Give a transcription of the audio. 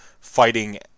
fighting